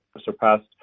surpassed